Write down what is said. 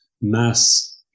mass